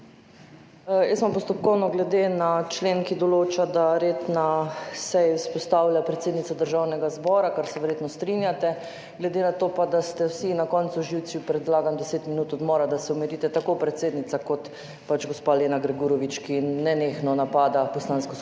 Jaz imam postopkovno, glede na člen, ki določa, da red na seji vzpostavlja predsednica Državnega zbora, kar se verjetno strinjate, glede na to, da ste vsi na koncu z živci, predlagam deset minut odmora, da se umirite, tako predsednica kot gospa Lena Grgurevič, ki nenehno napada Poslansko skupino